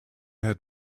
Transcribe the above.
had